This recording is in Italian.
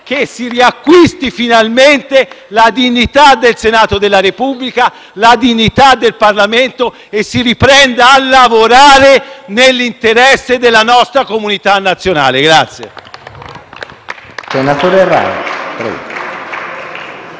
si riacquisti finalmente la dignità del Senato della Repubblica, la dignità del Parlamento tutto, e si riprenda a lavorare nell'interesse della nostra comunità nazionale.